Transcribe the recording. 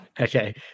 Okay